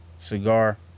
cigar